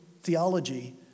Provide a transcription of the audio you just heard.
theology